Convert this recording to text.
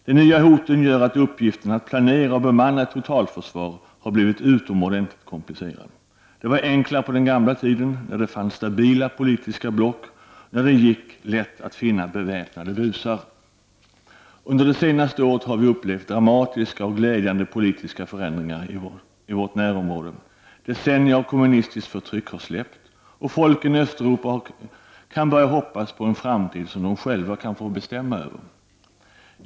De nya hoten gör att uppgiften att planera och bemanna ett totalförsvar har blivit utomordentligt komplicerad. Det var enklare på den gamla tiden när det fanns stabila politiska block och när det gick lätt att finna beväpnade busar. Under det senaste året har vi upplevt dramatiska och glädjande politiska förändringar i vårt närområde. Decennier av kommunistiskt förtryck har släppt, och folken i Östeuropa kan börja hoppas på en framtid som de själva kan få bestämma över.